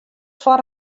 foar